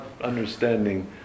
understanding